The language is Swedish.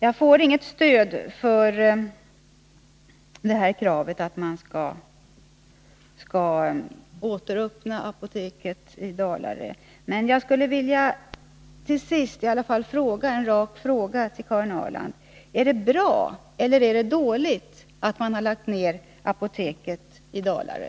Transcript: Jag får inget stöd för kravet att man skall återöppna apoteket i Dalarö, men jag skulle till sist vilja ställa en direkt fråga till Karin Ahrland: Är det bra eller dåligt att man har lagt ned apoteket i Dalarö?